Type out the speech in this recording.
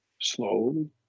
slowly